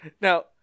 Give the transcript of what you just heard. Now